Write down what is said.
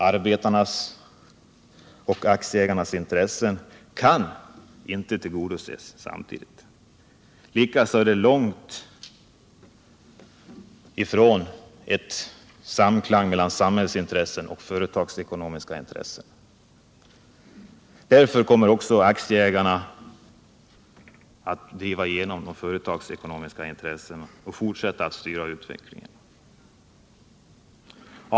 Arbetarnas och aktieägarnas intressen kan inte tillgodoses samtidigt. Likaså är det långt ifrån samklang mellan samhällsintressen och företagsekonomiska intressen. Därför kommer också aktieägarna att driva igenom sina företagsekonomiska intressen och fortsätta att styra utvecklingen.